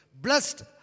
blessed